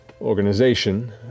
organization